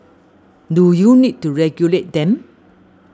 do you need to regulate them